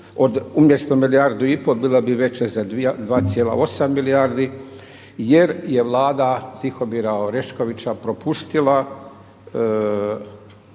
umjesto milijardu i pol bila bi veća za 2,8 milijardi jer je Vlada Tihomira Oreškovića propustila